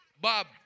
Bob